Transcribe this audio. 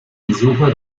besucher